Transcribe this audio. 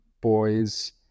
boys